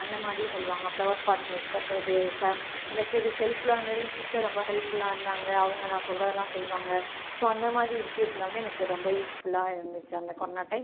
அந்தமாதிரியும் சொல்லுவாங்கள் flower pot make பண்ணுறது ச எனக்கு இது ஹெல்ப்ஃபுல்லாக இருந்தது என் சிஸ்ட்டர் ரொம்ப ஹெல்ப்ஃபுல்லாக இருந்தாங்கள் அவங்க நான் சொல்கிறதெல்லாம் செய்வாங்கள் ஸோ அந்தமாதிரி விஷயத்தில் வந்து எனக்கு ரொம்ப யூஸ்ஃபுல்லாக இருந்துச்சு அந்த கொரோனா டைம்